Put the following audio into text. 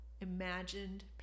imagined